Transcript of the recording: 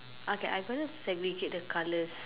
okay I'm gonna segregate the colours